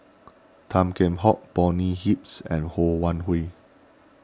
Tan Kheam Hock Bonny Hicks and Ho Wan Hui